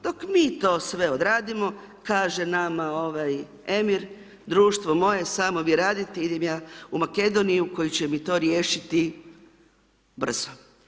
Dok mi to sve odradimo, kaže nama, ovaj Emir, društvo moje samo vi radite, idem ja u Makedoniju u kojoj će mi to riješiti brzo.